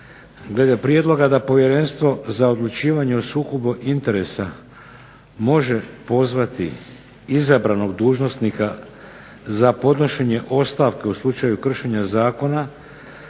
Glede prijedloga da Povjerenstvo za odlučivanje o sukobu interesa može pozvati izabranog dužnosnika za podnošenje ostavke u slučaju kršenja zakona